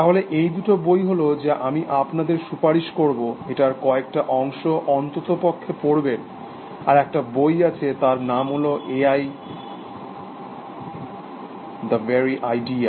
তাহলে এইদুটো বই হল যা আমি আপনাদের সুপারিশ করব এটার কয়েকটা অংশ অন্ততপক্ষে পড়বেন আর একটা বই আছে তার নাম হল এআই দ্য ভেরি আইডিয়া